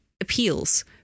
appeals